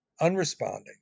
unresponding